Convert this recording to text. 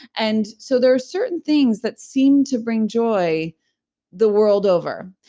and so there are certain things that seem to bring joy the world over.